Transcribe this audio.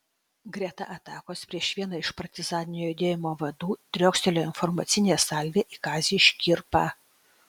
greta atakos prieš vieną iš partizaninio judėjimo vadų driokstelėjo informacinė salvė į kazį škirpą